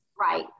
Right